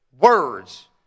words